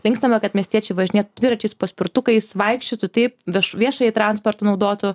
linkstame kad miestiečiai važinėtų dviračiais paspirtukais vaikščiotų taip vieš viešąjį transportą naudotų